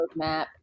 roadmap